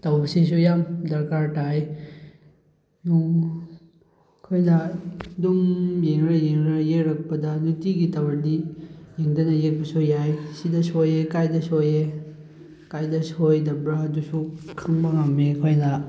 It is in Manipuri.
ꯇꯧꯕꯁꯤꯁꯨ ꯌꯥꯝ ꯗꯔꯀꯥꯔ ꯇꯥꯏ ꯅꯣꯡ ꯑꯩꯈꯣꯏꯅ ꯑꯗꯨꯝ ꯌꯦꯡꯂ ꯌꯦꯡꯂꯒ ꯌꯦꯛꯂꯛꯄꯗ ꯅꯨꯡꯇꯤꯒꯤ ꯇꯧꯔꯗꯤ ꯌꯦꯡꯗꯅ ꯌꯦꯛꯄꯁꯨ ꯌꯥꯏ ꯁꯤꯅ ꯁꯣꯏ ꯀꯥꯏꯗ ꯁꯣꯏ ꯀꯥꯏꯗ ꯁꯣꯏꯗꯕ꯭ꯔ ꯑꯗꯨꯁꯨ ꯈꯪꯕ ꯉꯝꯃꯦ ꯑꯩꯈꯣꯏꯅ